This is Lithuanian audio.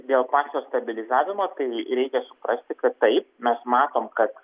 dėl pačio stabilizavimo tai reikia suprasti kad taip mes matom kad